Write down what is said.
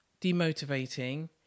demotivating